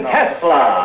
Tesla